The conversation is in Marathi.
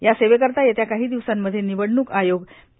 या सेवेकरता येत्या काही दिवसांमध्ये निवडणूक आयोग पी